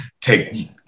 Take